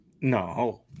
no